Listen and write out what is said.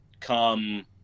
come